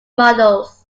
models